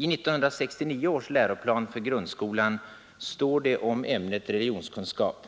I 1969 års läroplan för grundskolan heter det om ämnet religionskunskap: